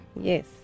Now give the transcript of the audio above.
yes